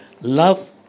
love